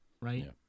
right